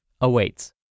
awaits